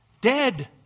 Dead